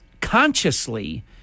consciously